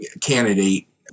candidate